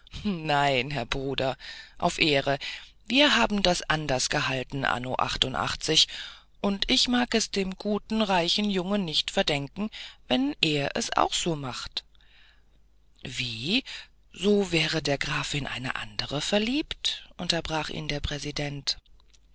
nein herr bruder auf ehre wir haben das anders gehalten anno achtundachtzig und ich mag es dem guten reichen jungen nicht verdenken wenn er es auch so macht wie so wäre der graf in eine andere verliebt unterbrach ihn der präsident